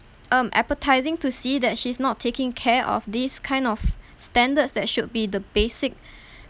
um appetising to see that she's not taking care of this kind of standards that should be the basic